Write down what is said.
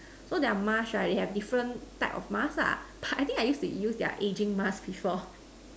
so their mask right they have different type of mask lah I think used to use their ageing mask before